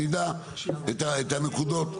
שנדע את הנקודות.